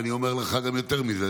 ואני אומר לך גם יותר מזה,